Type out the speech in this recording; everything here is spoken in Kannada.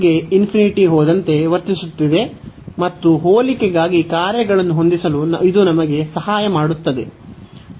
ಗೆ ಹೋದಂತೆ ವರ್ತಿಸುತ್ತದೆ ಮತ್ತು ಹೋಲಿಕೆಗಾಗಿ ಕಾರ್ಯಗಳನ್ನು ಹೊಂದಿಸಲು ಇದು ನಮಗೆ ಸಹಾಯ ಮಾಡುತ್ತದೆ